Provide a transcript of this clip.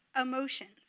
emotions